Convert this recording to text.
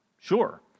Sure